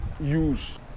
use